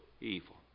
evil